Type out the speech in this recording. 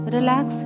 Relax